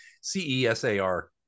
C-E-S-A-R